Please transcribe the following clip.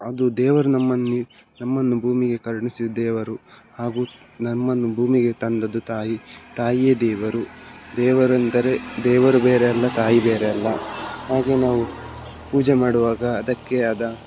ಅದು ದೇವರು ನಮ್ಮನ್ನು ನಮ್ಮನ್ನು ಭೂಮಿಗೆ ಕರುಣಿಸಿದ ದೇವರು ಹಾಗೂ ನಮ್ಮನ್ನು ಭೂಮಿಗೆ ತಂದದ್ದು ತಾಯಿ ತಾಯಿಯೇ ದೇವರು ದೇವೆರೆಂದರೆ ದೇವರು ಬೇರೆಯಲ್ಲ ತಾಯಿ ಬೇರೆಯಲ್ಲ ಹಾಗೇ ನಾವು ಪೂಜೆ ಮಾಡುವಾಗ ಅದಕ್ಕೇ ಆದ